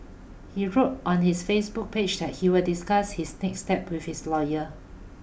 he wrote on his Facebook page that he will discuss his next step with his lawyer